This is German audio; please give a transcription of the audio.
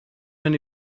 man